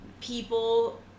people